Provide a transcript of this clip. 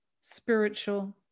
spiritual